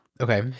Okay